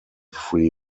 free